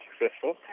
successful